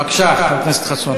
בבקשה, חבר הכנסת חסון.